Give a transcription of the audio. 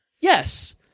Yes